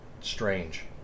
strange